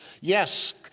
Yes